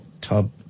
Tub